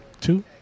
Two